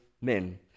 men